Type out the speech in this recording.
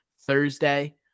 Thursday